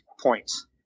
points